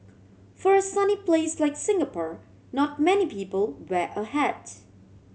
for a sunny place like Singapore not many people wear a hat